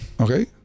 okay